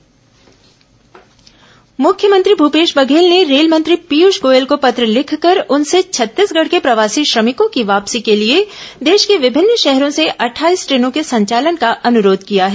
corona मुख्यमंत्री रेलमंत्री पत्र मुख्यमंत्री भूपेश बघेल ने रेल मंत्री पीयूष गोयल को पत्र लिखकर उनसे छत्तीसगढ़ के प्रवासी श्रमिकों की वापसी के लिए देश के विभिन्न शहरों से अट्ठाईस ट्रेनों के संचालन का अनुरोध किया है